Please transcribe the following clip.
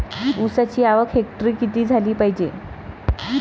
ऊसाची आवक हेक्टरी किती झाली पायजे?